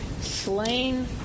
slain